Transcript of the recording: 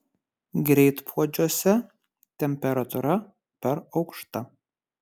greitpuodžiuose temperatūra per aukšta